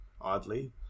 Oddly